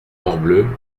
morbleu